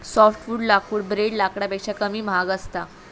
softwood लाकूड ब्रेड लाकडापेक्षा कमी महाग असता